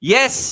Yes